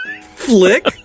flick